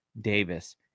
Davis